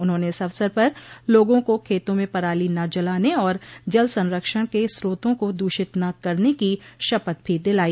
उन्होंने इस अवसर पर लोगों को खेतों में पराली न जलाने और जलसंरक्षण के स्रोतों को दूषित न करने की शपथ भी दिलाई